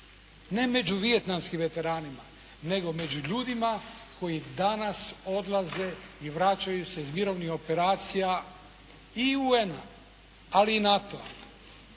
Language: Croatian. ne među vijetnamskim veteranima nego među ljudima koji danas odlaze i vraćaju se i iz mirovinskih operacija i UN-a ali i NATO-a.